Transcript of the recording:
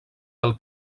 del